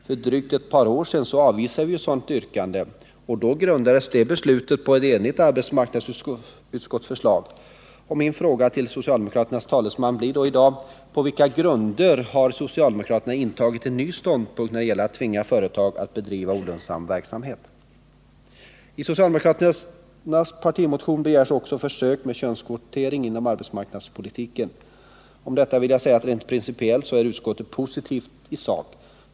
För drygt ett par år sedan avvisade vi ett sådant yrkande. Då grundades det beslutet på ett enigt arbetsmarknadsutskotts förslag. Min fråga till socialdemokraternas talesman blir därför: På vilka grunder har socialdemokraterna intagit en ny ståndpunkt när det gäller att tvinga företag att bedriva olönsam verksamhet? I socialdemokraternas partimotion begärs också försök med könskvotering inom arbetsmarknadspolitiken. Om detta vill jag säga att utskottet rent principiellt ställer sig positivt till förslaget i sak.